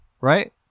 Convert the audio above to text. right